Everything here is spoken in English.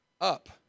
up